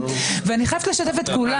ואני חייבת לשתף את כולם.